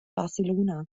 barcelona